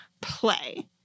play